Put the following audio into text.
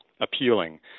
appealing